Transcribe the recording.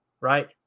right